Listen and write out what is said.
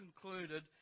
concluded